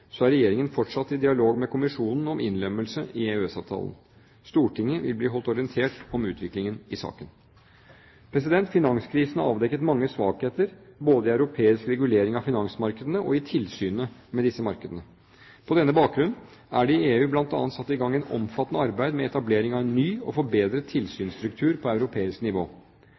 er Regjeringen fortsatt i dialog med kommisjonen om innlemmelse i EØS-avtalen. Stortinget vil bli holdt orientert om utviklingen i saken. Finanskrisen har avdekket mange svakheter både i europeisk regulering av finansmarkedene og i tilsynet med disse markedene. På denne bakgrunn er det i EU bl.a. satt i gang et omfattende arbeid med etablering av en ny og forbedret tilsynsstruktur på europeisk nivå.